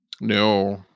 No